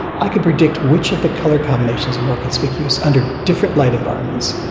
i could predict which of the colour combinations are more conspicuous under different light environments,